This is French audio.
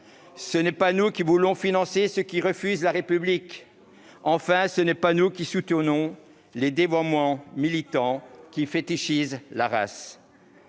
Ce n'est pas nous qui voulons financer ceux qui refusent la République. Ce n'est pas nous, enfin, qui soutenons les dévoiements militants fétichisant la race